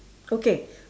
okay